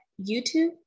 YouTube